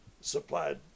supplied